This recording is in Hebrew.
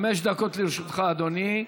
חמש דקות לרשותך, אדוני.